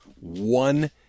One